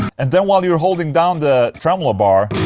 and then while you're holding down the tremolo bar